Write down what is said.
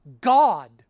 God